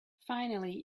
finally